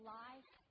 life